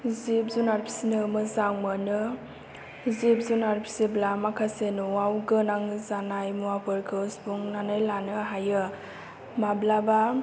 जिब जुनार फिसिनो मोजां मोनो जिब जुनार फिसिब्ला माखासे न'आव गोनां जानाय मुवाफोरखौ सुफुंनानै लानो हायो माब्लाबा